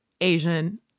Asian